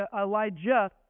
Elijah